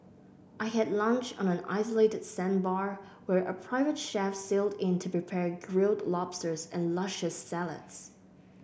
I had lunch on an isolated sandbar where a private chef sailed in to prepare grilled lobsters and luscious salads